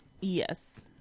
Yes